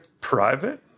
private